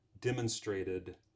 demonstrated